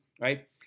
right